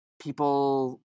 People